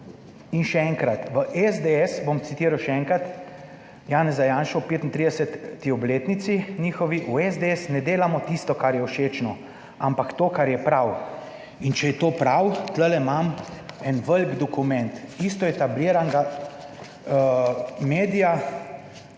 In še enkrat, v SDS bom citiral, še enkrat, Janeza Janše ob 35. obletnici njihovi, v SDS ne delamo tisto kar je všečno, ampak to kar je prav. In če je to prav, tu imam en velik dokument isto etabliranega medija,